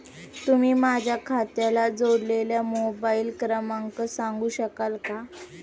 तुम्ही माझ्या खात्याला जोडलेला मोबाइल क्रमांक सांगू शकाल का?